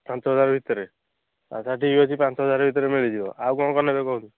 ପାଞ୍ଚ ହଜାର ଭିତରେ ଆଚ୍ଛା ଠିକ୍ ଅଛି ପାଞ୍ଚ ହଜାର ଭିତରେ ମିଳିଯିବ ଆଉ କ'ଣ କ'ଣ ନେବେ କୁହନ୍ତୁ